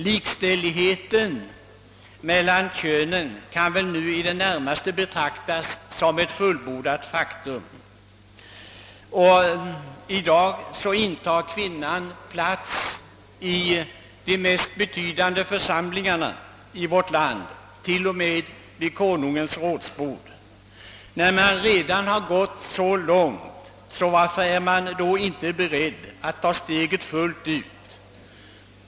Likställigheten mellan könen kan väl nu i det närmaste betraktas som ett fullbordat faktum, och i dag intar kvinnan plats i de mest betydande församlingarna i vårt land, t.o.m. vid Konungens rådsbord. När man redan har gått så långt, varför är man då inte beredd att ta steget fullt ut?